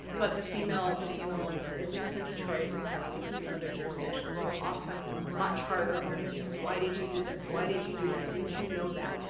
but the female the female ones, at least in detroit, and we have see this in other jurisdictions were often much harder on the victims. why did you do this? why did you do that? didn't you know that?